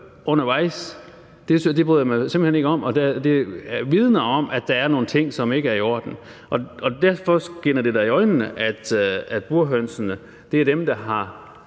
undervejs, bryder jeg mig simpelt hen ikke om, og det vidner om, at der er nogle ting, som ikke er i orden, og derfor springer det da i øjnene, at burhønsene er dem, der har